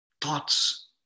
thoughts